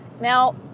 Now